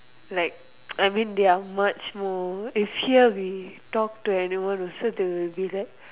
like I mean they are much more if here we talk to anyone also they will be like